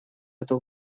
эту